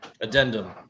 Addendum